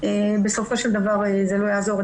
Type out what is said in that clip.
בסופו של דבר זה לא יעזור,